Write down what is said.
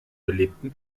belebten